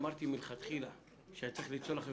אמרתי מלכתחילה שהיה צריך ליצור לכם